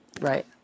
Right